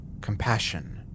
Compassion